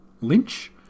lynch